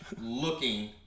looking